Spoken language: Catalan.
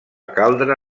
caldre